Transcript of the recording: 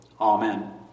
Amen